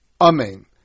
amen